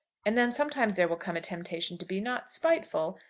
and then sometimes there will come a temptation to be, not spiteful,